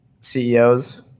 CEOs